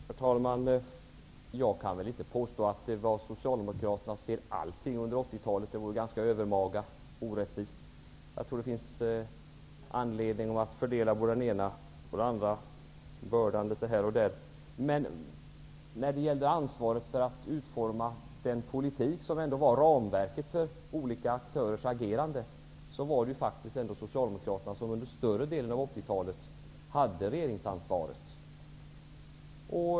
Herr talman! Jag kan inte påstå att allt under 80 talet var Socialdemokraternas fel. Det vore ganska övermaga och orättvist. Jag tror att det finns anledning att fördela både den ena och den andra bördan litet här och där. Men när det gällde ansvaret för att utforma den politik som ändå utgjorde ramverket för olika aktörers agerande, var det faktiskt ändå Socialdemokraterna som under större delen av 80-talet hade regeringsansvaret.